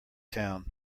town